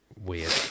weird